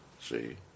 See